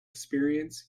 experience